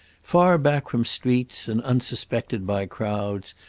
far back from streets and unsuspected by crowds,